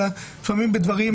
אלא בדברים